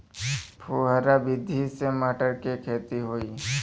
फुहरा विधि से मटर के खेती होई